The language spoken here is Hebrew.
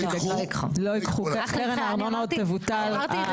קרן הארנונה עוד תבוטל,